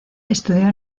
estudió